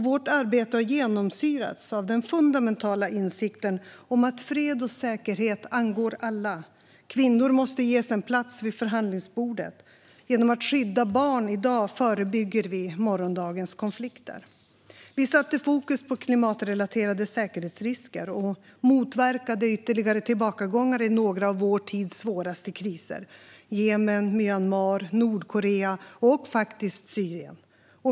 Vårt arbete har genomsyrats av den fundamentala insikten om att fred och säkerhet angår alla. Kvinnor måste ges en plats vid förhandlingsbordet. Genom att skydda barn i dag förebygger vi morgondagens konflikter. Vi satte fokus på klimatrelaterade säkerhetsrisker, och vi motverkade ytterligare tillbakagångar i några av vår tids svåraste kriser i Jemen, Myanmar, Nordkorea och, faktiskt, Syrien.